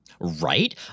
Right